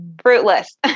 fruitless